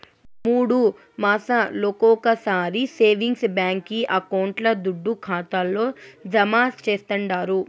మూడు మాసాలొకొకసారి సేవింగ్స్ బాంకీ అకౌంట్ల దుడ్డు ఖాతాల్లో జమా చేస్తండారు